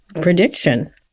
prediction